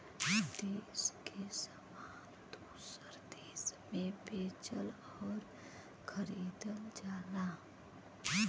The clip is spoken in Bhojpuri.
देस के सामान दूसर देस मे बेचल अउर खरीदल जाला